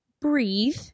breathe